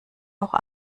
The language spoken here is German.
auch